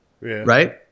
right